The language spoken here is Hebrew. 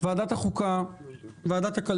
ועדת החוקה,